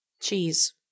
Cheese